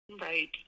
Right